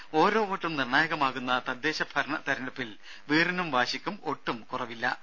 എന്നാൽ ഓരോ വോട്ടും നിർണ്ണായകമാകുന്ന തദ്ദേശ ഭരണ തെരഞ്ഞെടുപ്പിൽ വീറിനും വാശിക്കും ഒട്ടും കുറവില്ല